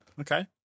Okay